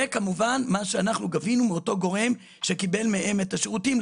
וכמובן מה שאנחנו גבינו מאותו גורם שקיבל מהם את השירותים,